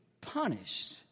punished